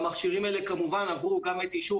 והמכשירים האלה כמובן עברו את אישור